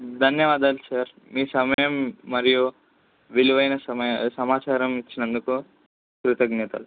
ధన్యవాదాలు సార్ మీ సమయం మరియు విలువైన సమ సమాచారం ఇచ్చినందుకు కృతజ్ఞతలు